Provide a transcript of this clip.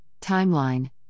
timeline